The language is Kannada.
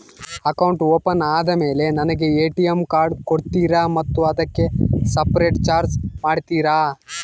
ಅಕೌಂಟ್ ಓಪನ್ ಆದಮೇಲೆ ನನಗೆ ಎ.ಟಿ.ಎಂ ಕಾರ್ಡ್ ಕೊಡ್ತೇರಾ ಮತ್ತು ಅದಕ್ಕೆ ಸಪರೇಟ್ ಚಾರ್ಜ್ ಮಾಡ್ತೇರಾ?